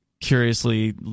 Curiously